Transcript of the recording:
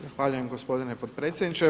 Zahvaljujem gospodine potpredsjedniče.